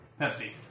Pepsi